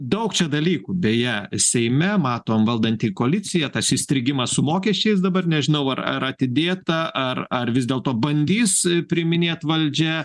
daug čia dalykų beje seime matom valdanti koalicija tas įstrigimas su mokesčiais dabar nežinau ar ar atidėta ar ar vis dėlto bandys priiminėt valdžia